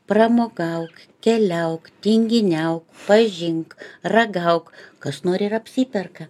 pramogauk keliauk tinginiauk pažink ragauk kas nori ir apsiperka